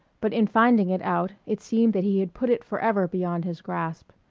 but in finding it out it seemed that he had put it forever beyond his grasp.